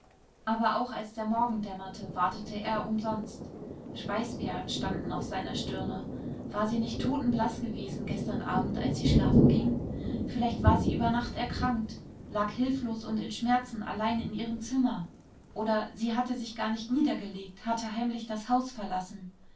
aber auch als der morgen dämmerte wartete er umsonst schweißperlen standen auf seiner stirne war sie nicht totenblaß gewesen gestern abend als sie schlafen ging vielleicht war sie über nacht erkrankt lag hilflos und in schmerzen allein in ihrem zimmer oder sie hatte sich gar nicht niedergelegt hatte heimlich das haus verlassen